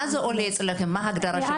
מה ההגדרה של עולה?